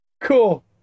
Cool